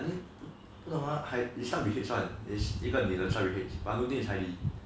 I think 不懂他 hi~ it start with H one is 一个女的 start with H but I don't think it's heidi